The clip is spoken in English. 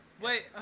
Wait